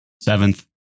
Seventh